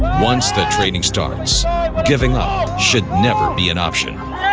once the training starts, giving up should never be an option